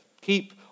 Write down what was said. keep